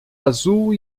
azul